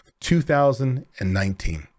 2019